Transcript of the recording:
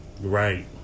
Right